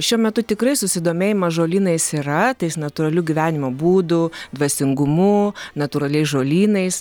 šiuo metu tikrai susidomėjimas žolynais yra tais natūraliu gyvenimo būdu dvasingumu natūraliais žolynais